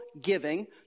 giving